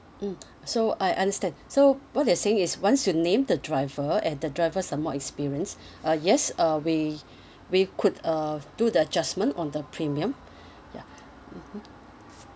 mmhmm so I understand so what you're saying is once you named the driver and the drivers are more experienced uh yes uh we we could uh do the adjustment on the premium ya mmhmm